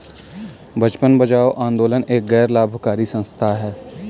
बचपन बचाओ आंदोलन एक गैर लाभकारी संस्था है